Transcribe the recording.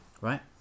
Right